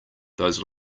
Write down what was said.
those